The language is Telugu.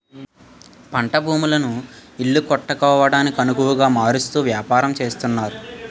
పంట భూములను ఇల్లు కట్టుకోవడానికొనవుగా మారుస్తూ వ్యాపారం చేస్తున్నారు